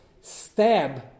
stab